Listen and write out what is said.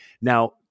Now